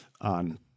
on